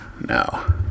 no